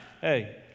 hey